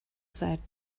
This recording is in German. seid